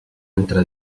entre